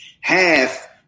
half